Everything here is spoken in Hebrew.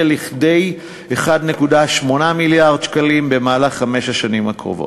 לכדי 1.8 מיליארד שקלים במהלך חמש השנים הקרובות.